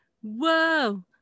Whoa